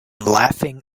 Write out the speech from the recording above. laughing